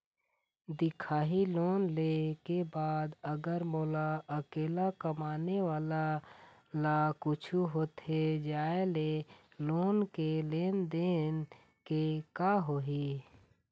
दिखाही लोन ले के बाद अगर मोला अकेला कमाने वाला ला कुछू होथे जाय ले लोन के लेनदेन के का होही?